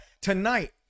tonight